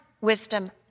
wisdom